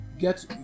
get